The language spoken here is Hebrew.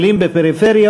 בעד,